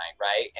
right